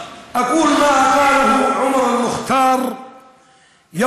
להלן תרגומם: אני אומר לדוקטור טיבי מה